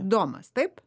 domas taip